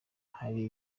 hari